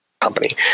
company